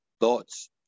thoughts